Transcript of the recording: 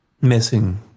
Missing